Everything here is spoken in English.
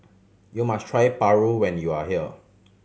you must try paru when you are here